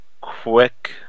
quick